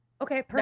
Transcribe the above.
okay